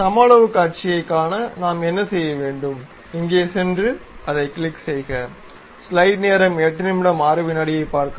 சமஅளவுக் காட்சியைக் காண நாம் என்ன செய்ய வேண்டும் இங்கே சென்று அதைக் கிளிக் செய்க